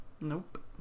Nope